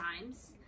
times